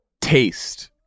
taste